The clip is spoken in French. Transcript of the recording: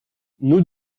nous